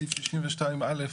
סעיף 62א,